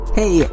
hey